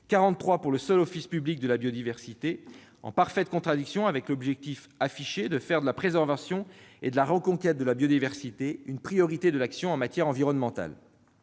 43 pour le seul Office français de la biodiversité, en parfaite contradiction avec l'objectif affiché de faire de la préservation et de la reconquête de la biodiversité une priorité de l'action en matière environnementale.